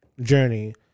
journey